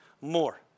more